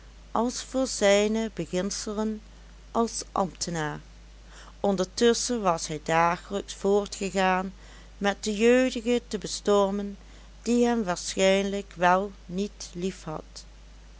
als voor zijne beginselen als ambtenaar ondertusschen was hij dagelijks voortgegaan met de jeugdige te bestormen die hem waarschijnlijk wel niet liefhad